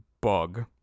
bug